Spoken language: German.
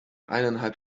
eineinhalb